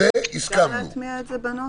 אפשר להטמיע את זה בנוסח?